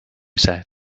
said